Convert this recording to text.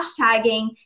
hashtagging